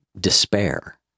despair